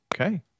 Okay